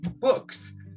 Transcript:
books